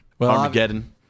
Armageddon